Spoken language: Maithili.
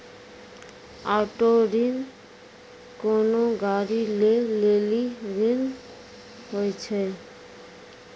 ऑटो ऋण कोनो गाड़ी लै लेली ऋण होय छै